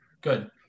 good